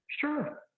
sure